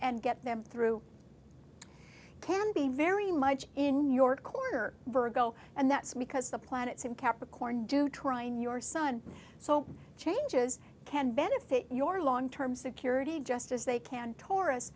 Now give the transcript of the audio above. and get them through can be very much in your corner virgo and that's because the planets in capricorn do try new your son so changes can benefit your long term security just as they can taur